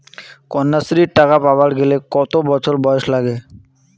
কন্যাশ্রী টাকা পাবার গেলে কতো বছর বয়স লাগে?